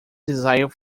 desire